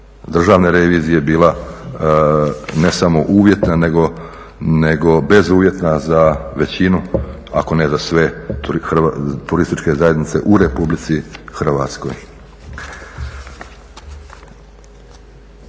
državne revizije bila ne samo uvjetna nego bezuvjetna za većinu ako ne za sve turističke zajednice u Republici Hrvatskoj.